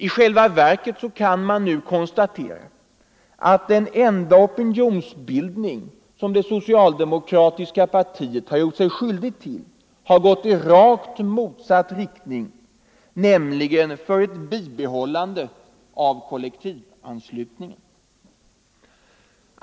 I själva verket kan man nu konstatera att den enda opinionsbildning som det socialdemokratiska partiet givit uttryck för har gått i motsatt riktning — nämligen för ett bibehållande av kollektivanslutningen.